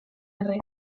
erre